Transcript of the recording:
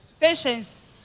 Patience